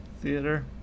theater